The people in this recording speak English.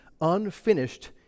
unfinished